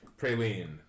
Praline